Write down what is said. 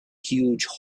huge